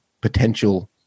potential